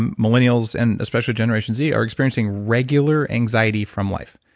um millennials, and especially generation z, are experiencing regular anxiety from life,